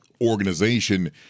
organization